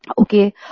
Okay